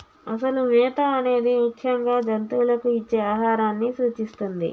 అసలు మేత అనేది ముఖ్యంగా జంతువులకు ఇచ్చే ఆహారాన్ని సూచిస్తుంది